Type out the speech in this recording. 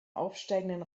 aufsteigenden